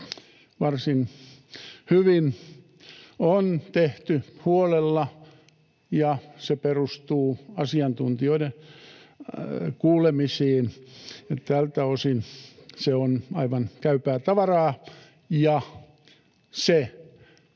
varsin hyvin, on tehty huolella ja perustuu asiantuntijoiden kuulemisiin. Tältä osin se on aivan käypää tavaraa. Se